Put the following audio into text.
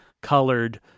colored